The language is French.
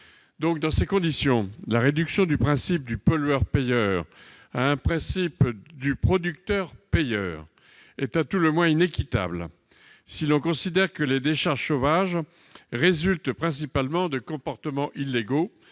Dans ces conditions, la réduction du principe du pollueur-payeur à un principe du producteur-payeur est à tout le moins inéquitable si l'on considère que les décharges sauvages résultent principalement de comportements illégaux